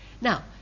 now